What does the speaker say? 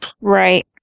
Right